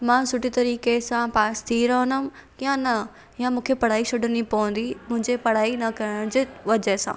मां सुठे तरीक़े सां पास थी रहंदमि या न या मूंखे पढ़ाई छॾणी पवंदी मुंहिंजे पढ़ाई न करण जे वजह सां